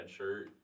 redshirt